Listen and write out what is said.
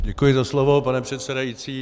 Děkuji za slovo, pane předsedající.